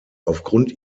aufgrund